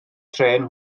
trên